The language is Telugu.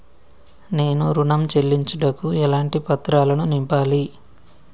నేను ఋణం చెల్లించుటకు ఎలాంటి పత్రాలను నింపాలి?